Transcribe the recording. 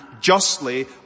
justly